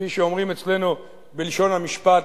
כפי שאומרים אצלנו, בלשון המשפט,